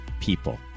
people